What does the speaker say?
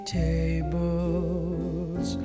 tables